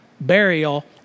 burial